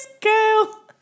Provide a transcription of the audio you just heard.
girl